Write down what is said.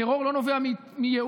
טרור לא נובע מייאוש,